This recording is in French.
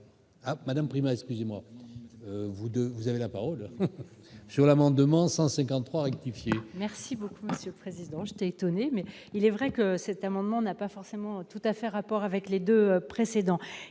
Hama un Prima, excusez-moi, vous 2, vous avez la parole sur l'amendement 153 rectifie. Merci beaucoup Monsieur Président, j'étais étonné mais il est vrai que cet amendement n'a pas forcément tout à fait rapport avec les 2 précédents,